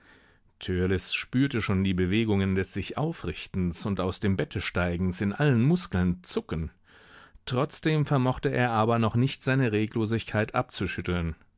spürte schon die bewegungen des sichaufrichtens und aus dem bette steigens in allen muskeln zucken trotzdem vermochte er aber noch nicht seine reglosigkeit abzuschütteln